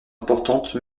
importantes